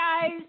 guys